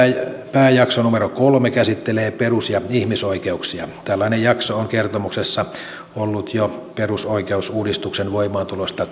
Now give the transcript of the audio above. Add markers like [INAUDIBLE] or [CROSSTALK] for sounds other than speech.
pääjakso numero kolme käsittelee perus ja ihmisoikeuksia tällainen jakso on kertomuksessa ollut jo perusoikeusuudistuksen voimaantulosta [UNINTELLIGIBLE]